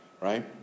right